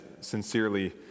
sincerely